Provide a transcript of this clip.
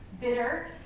bitter